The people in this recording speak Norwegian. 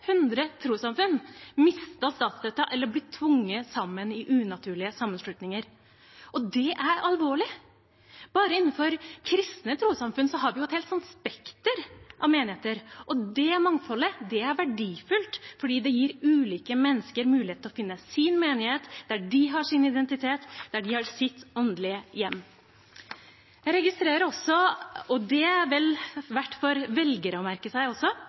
trossamfunn, mistet statsstøtten eller blitt tvunget sammen i unaturlige sammenslutninger. Det er alvorlig. Bare innenfor kristne trossamfunn har vi et helt spekter av menigheter. Det mangfoldet er verdifullt fordi det gir ulike mennesker mulighet til å finne sin menighet – der de har sin identitet, der de har sitt åndelige hjem. Jeg registrerer også – og det er vel verdt for velgere å merke seg